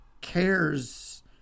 cares